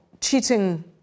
cheating